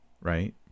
right